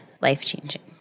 life-changing